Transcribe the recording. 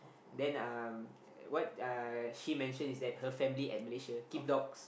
then um what uh he mentioned is that her family at Malaysia keep dogs